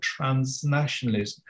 transnationalism